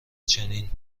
چنین